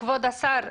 כבוד השר,